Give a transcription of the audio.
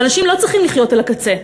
ואנשים לא צריכים לחיות על הקצה.